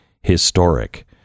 historic